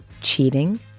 cheating